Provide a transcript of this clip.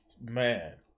Man